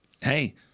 hey